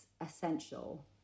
essential